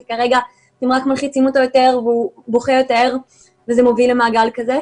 כי כרגע אתם רק מלחיצים אותו יותר והוא בוכה יותר וזה מוביל למעגל כזה.